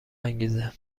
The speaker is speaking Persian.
انگیزه